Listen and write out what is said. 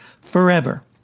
forever